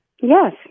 Yes